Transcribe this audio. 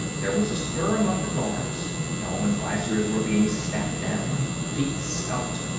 there was a stir among the guards helmet-visors were being snapped down feet scuffed.